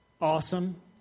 Awesome